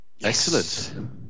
Excellent